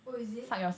oh is it